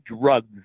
drugs